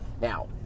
Now